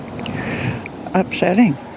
upsetting